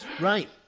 Right